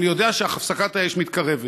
אני יודע שהפסקת האש מתקרבת.